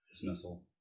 dismissal